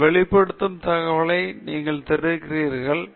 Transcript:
நீங்கள் வெளிப்படுத்தும் தகவலை நீங்கள் தெரிவிக்கிறீர்கள்